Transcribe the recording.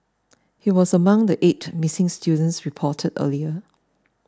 he was among the eight missing students reported earlier